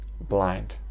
blind